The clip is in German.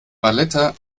valletta